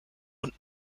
und